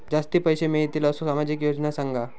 जास्ती पैशे मिळतील असो सामाजिक योजना सांगा?